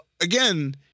again